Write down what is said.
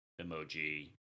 emoji